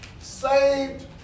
saved